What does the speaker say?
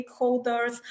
stakeholders